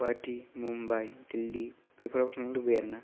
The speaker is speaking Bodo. गुवाहाटी मुम्बाइ दिल्ली बेफोराव थांनो लुबैयो आरो ना